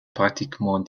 pratiquement